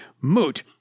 Moot